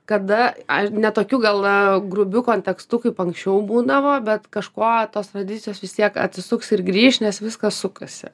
kada aš ne tokiu galva grubiu kontekstu kaip anksčiau būdavo bet kažkuo tos tradicijos vis tiek atsisuks ir grįš nes viskas sukasi